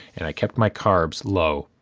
and i kept my carbs low,